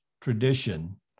tradition